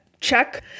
check